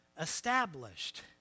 established